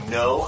no